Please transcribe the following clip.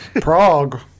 Prague